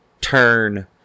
turn